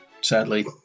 sadly